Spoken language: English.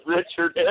Richard